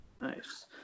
Nice